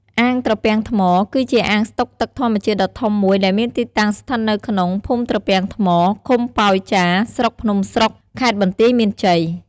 អាងត្រពាំងថ្ម គឺជាអាងស្តុកទឹកធម្មជាតិដ៏ធំមួយដែលមានទីតាំងស្ថិតនៅក្នុង ភូមិត្រពាំងថ្ម ឃុំប៉ោយចារ ស្រុកភ្នំស្រុក ខេត្តបន្ទាយមានជ័យ។